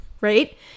right